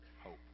hope